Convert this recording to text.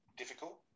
difficult